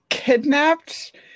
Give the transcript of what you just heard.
Kidnapped